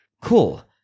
Cool